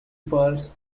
purse